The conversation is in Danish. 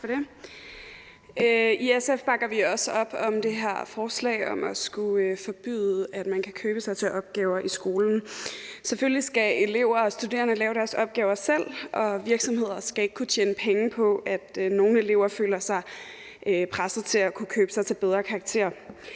I SF bakker vi også op om det her forslag om at skulle forbyde, at man kan købe sig til opgaver i skolen. Selvfølgelig skal elever og studerende lave deres opgaver selv, og virksomheder skal ikke kunne tjene penge på, at nogle elever føler sig presset til at kunne købe sig til bedre karakterer.